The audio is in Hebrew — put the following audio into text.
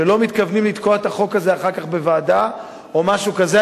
שלא מתכוונים לתקוע את החוק הזה אחר כך בוועדה או משהו כזה.